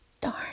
darn